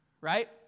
Right